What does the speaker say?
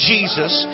Jesus